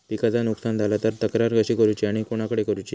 पिकाचा नुकसान झाला तर तक्रार कशी करूची आणि कोणाकडे करुची?